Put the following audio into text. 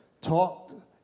talked